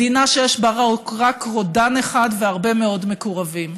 מדינה שיש בה רק רודן אחד והרבה מאוד מקורבים.